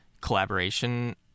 collaboration